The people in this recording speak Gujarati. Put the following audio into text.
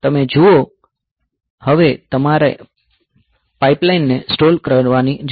તમે જુઓ હવે તમારે પાઇપલાઇન ને સ્ટોલ કરવાની જરૂર નથી